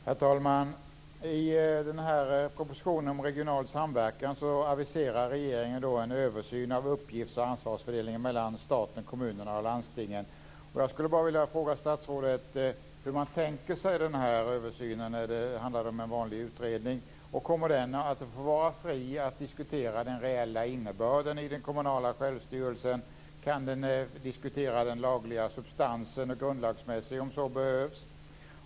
Herr talman! I propositionen om regional samverkan aviserar regeringen en översyn av uppgifts och ansvarsfördelning mellan staten, kommunerna och landstingen. Jag skulle vilja fråga statsrådet hur man tänker sig den här översynen. Handlar det om en vanlig utredning? Kommer den att vara fri att diskutera den reella innebörden i den kommunala självstyrelsen? Kan den diskutera den lagliga substansen grundlagsmässigt om så behövs?